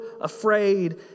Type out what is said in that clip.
afraid